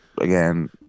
again